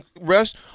rest